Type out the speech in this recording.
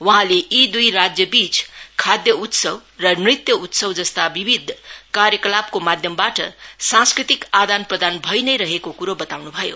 वहाँले यी दुई राज्यबीच खाद्य उत्सव नृत्य उत्सव जस्ता विभिन्न कार्यकलापको माध्यमबाट सांस्कृति आदान प्रदान भई नै रहेको कुरो बताउनु भयो